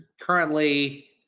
currently